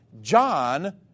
John